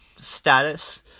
status